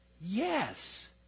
Yes